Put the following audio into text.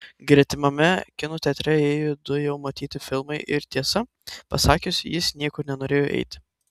gretimame kino teatre ėjo du jau matyti filmai ir tiesą pasakius jis niekur nenorėjo eiti